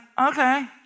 okay